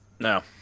no